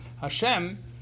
Hashem